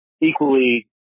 equally